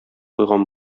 куйган